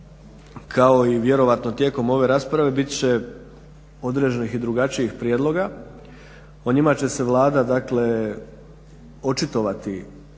kao i vjerojatno tijekom ove rasprave bit će određenih i drugačijih prijedloga, o njima će se Vlada dakle očitovati